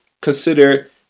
consider